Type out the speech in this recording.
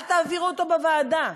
אל תעבירו אותו בוועדה.